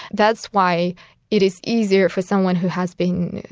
that's why it is easier for someone who has been,